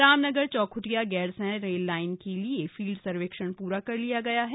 Ramnagar Chaukhutia Gairsain rail line के लिए field सर्वेक्षण पूरा कर लिया गया है